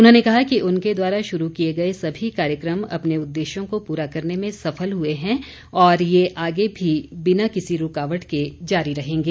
उन्होंने कहा कि उनके द्वारा शुरू किए गए सभी कार्यक्रम अपने उद्देश्यों को पूरा करने में सफल हए हैं और ये आगे भी बिना किसी रूकावट के जारी रहेंगे